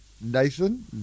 Nathan